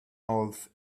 half